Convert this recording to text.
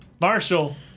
Marshall